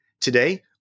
Today